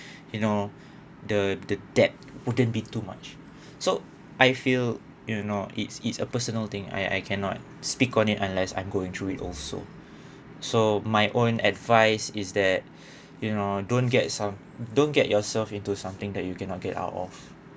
you know the the that wouldn't be too much so I feel you know it's it's a personal thing I I cannot speak on it unless I'm going through it also so my own advice is that you know don't get some don't get yourself into something that you cannot get out of